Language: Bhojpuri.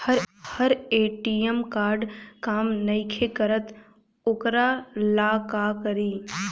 हमर ए.टी.एम कार्ड काम नईखे करत वोकरा ला का करी?